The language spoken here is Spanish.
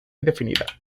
indefinida